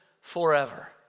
forever